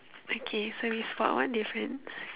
okay so we spot one difference